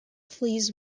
flees